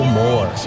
more